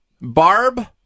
Barb